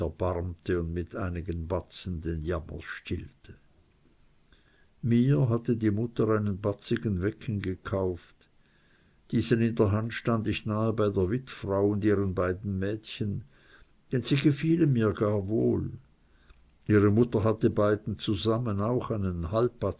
mit einigen batzen den jammer stillte mir hatte die mutter einen batzigen wecken gekauft diesen in der hand stand ich nahe bei der witfrau und ihren beiden mädchen denn sie gefielen mir gar wohl ihre mutter hatte beiden zusammen auch einen